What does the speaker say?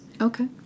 Okay